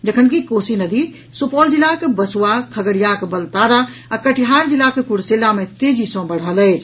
जखन कि कोसी नदी सुपौल जिलाक बसुआ खगड़ियाक बलतारा आ कटिहार जिलाक कुर्सेला मे तेजी सँ बढ़ि रहल अछि